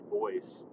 voice